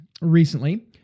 recently